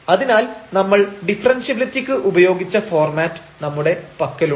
അതിനാൽ നമ്മൾ ഡിഫറെൻഷ്യബിലിറ്റിക്ക് ഉപയോഗിച്ച ഫോർമാറ്റ് നമ്മുടെ പക്കലുണ്ട്